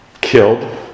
killed